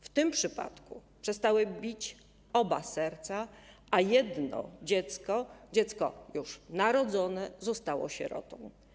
W tym przypadku przestały bić oba serca, a jedno dziecko, dziecko już narodzone, zostało sierotą.